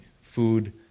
food